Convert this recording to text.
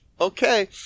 okay